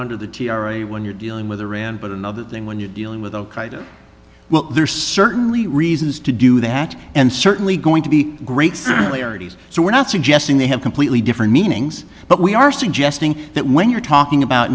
under the t r a when you're dealing with iran but another thing when you're dealing with well there's certainly reasons to do that and certainly going to be great so we're not suggesting they have completely different meanings but we are suggesting that when you're talking about